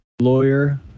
lawyer